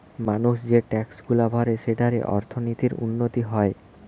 মানুষ যে ট্যাক্সগুলা ভরে সেঠারে অর্থনীতির উন্নতি হয়